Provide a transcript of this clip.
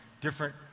different